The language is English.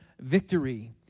victory